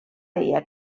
deia